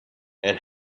and